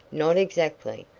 not exactly.